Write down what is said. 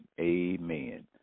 amen